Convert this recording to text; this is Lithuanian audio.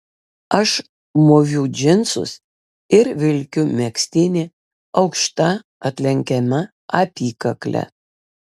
aš mūviu džinsus ir vilkiu megztinį aukšta atlenkiama apykakle